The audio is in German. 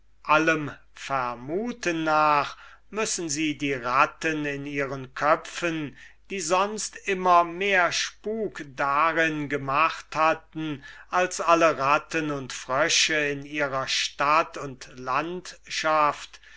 allem vermuten nach müssen sie die ratten in ihren köpfen die sonst immer mehr spuk darin gemacht als alle ratten und frösche in ihrer stadt und landschaft